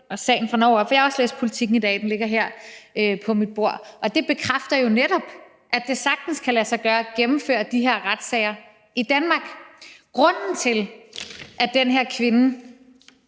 sagen fra Norge op, for jeg har også læst Politiken i dag. Den ligger her på mit bord. Den bekræfter jo netop, at det sagtens kan lade sig gøre at gennemføre de her retssager i hjemlandet. Grunden til, at den her kvinde